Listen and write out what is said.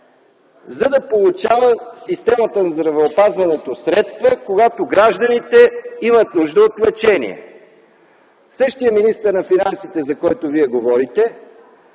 за да получава системата на здравеопазването средства, когато гражданите имат нужда от лечение. Същият министър на финансите, за който Вие говорите,